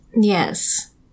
Yes